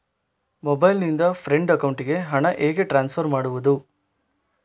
Mobile ನಿಂದ friend ಅಕೌಂಟಿಗೆ ಹಣ ಹೇಗೆ ಟ್ರಾನ್ಸ್ಫರ್ ಮಾಡುವುದು?